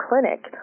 clinic